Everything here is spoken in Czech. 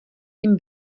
jím